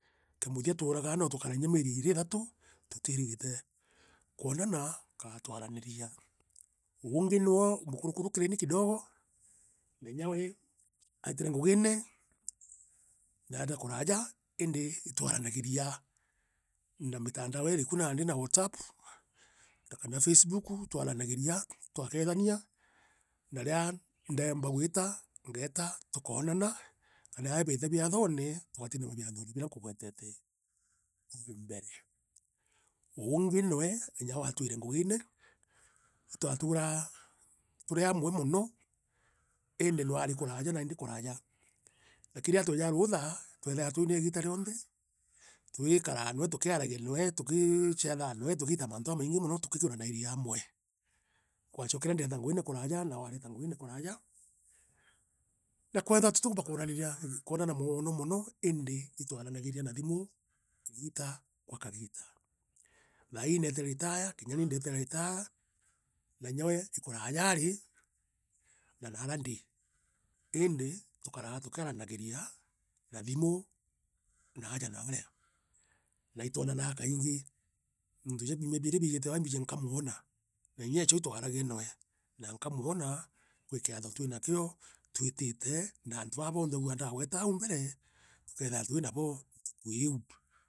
Kia muturia twauragaa no tukare inya mieri iiri ithatu tetiirite kwananana kana twaramiria uungi nire mukurukuru kini kidogo na inya we neetire ngugine naeta kuraaja indi itwaranagiria na mitandao ii iriku Nandi na Whatsapp kana Facebook itwaranagiria twakethania na riria ndoombe gwita ngeeta tukosana karia riria eejite biathome twativimana biathone biria nkugweteta au mbere uungi noe unya we atuite ngugine itwaturaa turi amwe mono indi aavi kuraaja nani ndi kuraaja na riria twejaa ruutha twethaira twi noe igita rionthe tugikuraa noe tukigwiranairua amwe. Indaachokere ndeeta ngugine kuraaja nawe areeta ngugine kuraaja na kwethira tutikuumba kwonona noono mono iindi itwarangiria na thimu igita kwa kagita thaii neeiue ritaya kinya ni ndeetire ritaya na inya we i kuraaja nri na naria ndi iindi itekeraa tukiaranaigaa thimu naaja narea naitwananaa kaingi muntu kinya biumia biiri biijite aa inkumenya nkamwona na inya mbecha itwaranagia noe na nkamwona kuri kiontho twinakio twithite na antu bie bonthe rwigua ndugweta au mbere tukeethira twina bo ntuku riu.